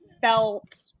felt